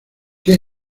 qué